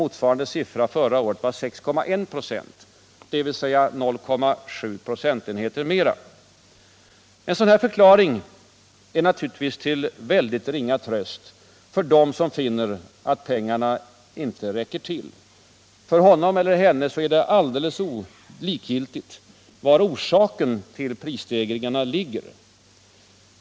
Motsvarande siffra var förra året 6,1 26, dvs. 0,7 procentenheter mer. Denna förklaring är naturligtvis till ringa tröst för den som finner att pengarna inte räcker till. För honom eller henne är orsaken till prisstegringarna likgiltiga.